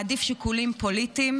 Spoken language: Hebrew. שהוא מעדיף שיקולים פוליטיים